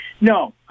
No